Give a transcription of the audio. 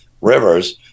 rivers